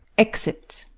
exit